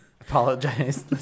Apologize